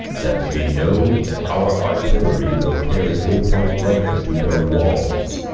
that we may know if our artillery will carry full point-blank unto their walls.